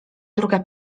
druga